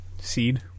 Seed